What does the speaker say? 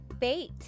bait